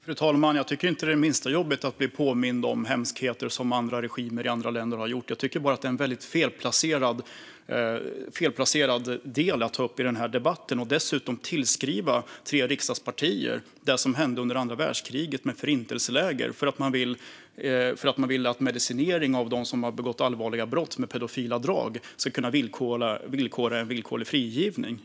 Fru talman! Jag tycker inte att det är det minsta jobbigt att bli påmind om hemskheter som andra regimer i andra länder har gjort. Jag tycker bara att det är felplacerat att ta upp det i den här debatten och dessutom tillskriva tre riksdagspartier det som hände under andra världskriget med förintelseläger för att de vill att medicinering av dem som begått allvarliga brott med pedofila drag ska vara ett villkor för villkorlig frigivning.